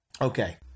Okay